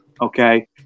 Okay